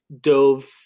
dove